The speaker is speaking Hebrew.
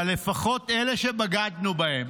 אבל לפחות אלה שבגדנו בהם,